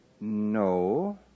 No